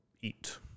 eat